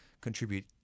contribute